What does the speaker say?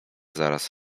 zaraz